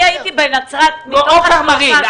אני הייתי בנצרת --- עופר מרין.